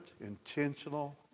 intentional